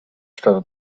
stata